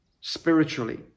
spiritually